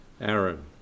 Aaron